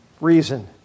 reason